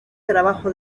trabajo